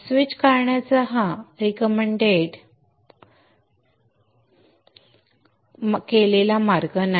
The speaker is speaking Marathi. स्विच काढण्याचा हा रीकमेन्टेड केलेला मार्ग नाही